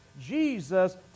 Jesus